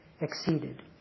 Exceeded